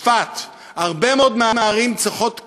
צפת, הרבה מאוד מהערים צריכות כוח,